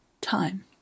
time